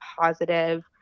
positive